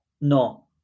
No